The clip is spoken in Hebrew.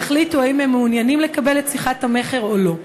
יחליט אם הוא מעוניין לקבל את שיחת המכר או לא.